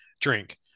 drink